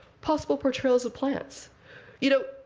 possible portrayals of plants you know,